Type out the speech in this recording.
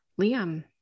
Liam